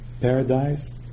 Paradise